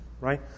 Right